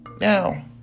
Now